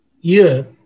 year